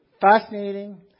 fascinating